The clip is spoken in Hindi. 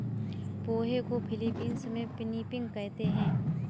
पोहे को फ़िलीपीन्स में पिनीपिग कहते हैं